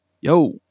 yo